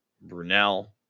Brunel